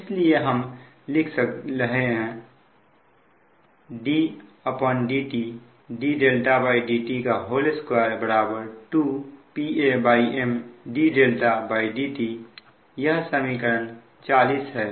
इसलिए हम लिख रहे हैं ddt dδdt2 2 PaM dδdt यह समीकरण 40 है